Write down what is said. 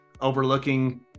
overlooking –